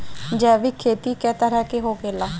जैविक खेती कए तरह के होखेला?